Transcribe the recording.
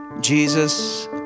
Jesus